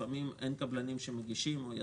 לפעמים אין קבלנים או יזמים שמגישים,